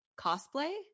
cosplay